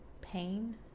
pain